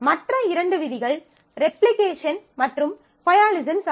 மற்ற இரண்டு விதிகள் ரெப்ளிகேஷன் மற்றும் கொயாலீசன்ஸ் ஆகும்